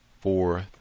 four